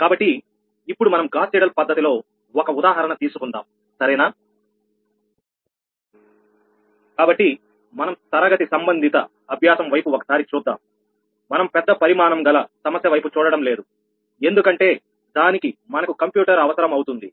కాబట్టిఇప్పుడు మనం Gauss Seidel పద్ధతిలో ఒక ఉదాహరణ తీసుకుందాం సరేనా కాబట్టి మనం తరగతి సంబంధిత అభ్యాసం వైపు ఒకసారి చూద్దాం మనం పెద్ద పరిమాణం గల గణిత సమస్య వైపు చూడడం లేదు ఎందుకంటే దానికి మనకు కంప్యూటర్ అవసరం అవుతుంది